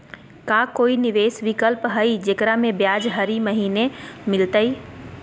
का कोई निवेस विकल्प हई, जेकरा में ब्याज हरी महीने मिलतई?